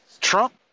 Trump